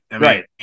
Right